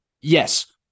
yes